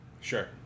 sure